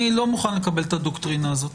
אני לא מוכן לקבל את הדוקטרינה הזאת,